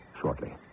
shortly